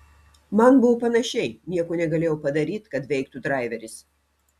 man buvo panašiai nieko negalėjau padaryt kad veiktų draiveris